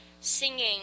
singing